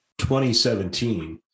2017